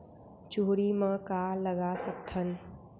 चुहरी म का लगा सकथन?